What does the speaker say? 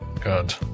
Good